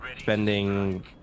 spending